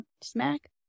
smack